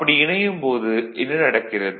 அப்படி இணையும் போது என்ன நடக்கிறது